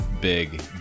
big